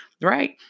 right